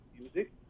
music